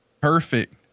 perfect